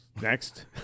Next